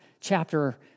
chapter